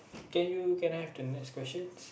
can you can I have the next questions